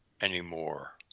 anymore